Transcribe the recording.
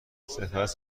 سپس